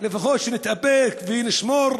לפחות נתאפק ונשמור,